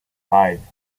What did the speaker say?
five